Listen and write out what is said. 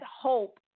hope